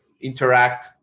interact